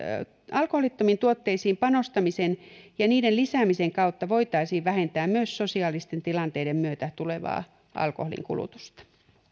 alkoholittomiin tuotteisiin panostamisen ja niiden lisäämisen kautta voitaisiin vähentää myös sosiaalisten tilanteiden myötä tulevaa alkoholin kulutusta